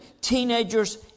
teenagers